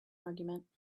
argument